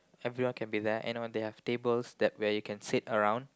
everyone can be there and they have tables where you can sit around